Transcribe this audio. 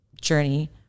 journey